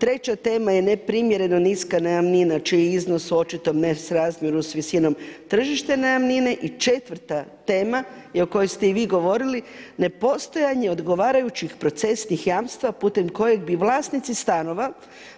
Treća tema je neprimjereno niska najamnina čiji je iznos očito u nesrazmjeru sa visinom tržišne najamnine i četvrta tema i o kojoj ste i vi govorili nepostojanje odgovarajućih procesnih jamstva putem kojeg bi vlasnici stanova